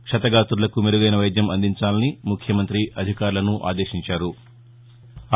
క్షతగాతులకు మెరుగైన వైద్యం అందించాలని ముఖ్యమంత్రి అధికారులను ఆదేశించారు